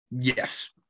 Yes